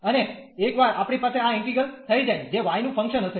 અને એક વાર આપણી પાસે આ ઈન્ટિગ્રલ થઈ જાય જે y નું ફંક્શન હશે